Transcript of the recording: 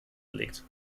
gelegt